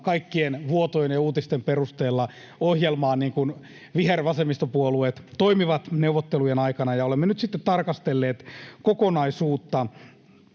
kaikkien vuotojen ja uutisten perusteella ohjelmaa, niin kuin vihervasemmistopuolueet toimivat neuvottelujen aikana, ja olemme nyt sitten tarkastelleet kokonaisuutta,